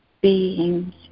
beings